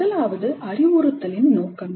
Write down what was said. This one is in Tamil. முதலாவது அறிவுறுத்தலின் நோக்கங்கள்